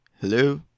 Hello